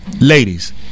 ladies